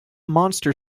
monster